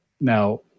Now